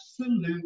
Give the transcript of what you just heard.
absolute